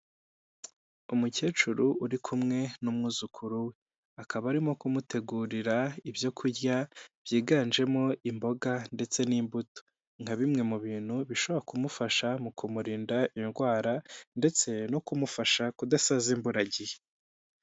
Umukecuru uri kumwe n'umwuzukuru we akaba arimo kumutegurira ibyo kurya byiganjemo imboga ndetse n'imbuto nka bimwe mu bintu bishobora kumufasha mu kumurinda indwara ndetse no kumufasha kudasaza imburagihe.